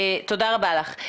תודה רבה לך.